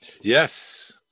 Yes